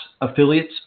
affiliates